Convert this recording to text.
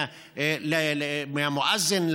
מהמואזין,